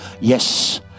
Yes